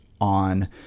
on